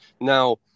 Now